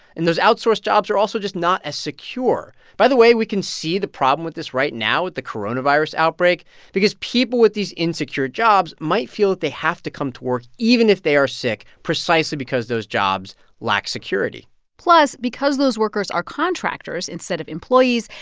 and those outsourced jobs are also just not as secure. by the way, we can see the problem with this right now with the coronavirus outbreak because people with these insecure jobs might feel that they have to come to work even if they are sick precisely because those jobs lack security plus, because those workers are contractors instead of employees,